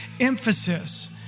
emphasis